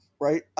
Right